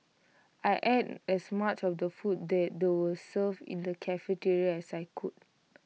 I ate as much of the food that they were served in the cafeteria as I could